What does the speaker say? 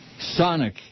Sonic